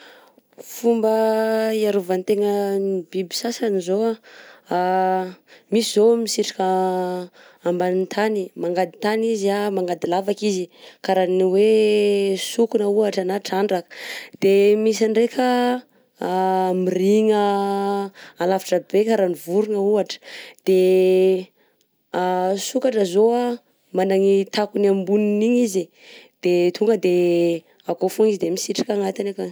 Fomba hiarovan-tegnan'ny biby sasany zao a: misy zao a misitrika ambany tany, mangady tany izy a mangady lavaka izy karan'ny hoe sokona ohatra na trandraka, de misy ndreka mirigna alavitra be karan'ny vorogna ohatra, de sokatra zao managny takony ambonin'igny izy de tonga de akao fogna izy de misitrika agnatiny akagny.